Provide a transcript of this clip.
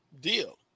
deal